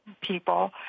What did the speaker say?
people